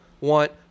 want